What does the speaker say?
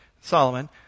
Solomon